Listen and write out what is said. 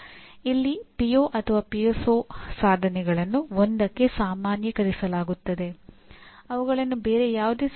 ನಾವು ಏನು ಹೇಳುತ್ತೇವೆ ಎಂದರೆ ಎಂಜಿನಿಯರಿಂಗ್ ಪದವೀಧರರನ್ನು ಅವರು ವ್ಯಾಖ್ಯಾನಿಸಿದ ಸಾಮರ್ಥ್ಯಗಳೊಂದಿಗೆ ಉತ್ಪಾದಿಸುತ್ತಾರೆ